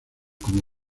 como